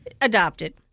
adopted